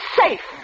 safe